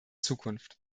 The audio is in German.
zukunft